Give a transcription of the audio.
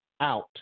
out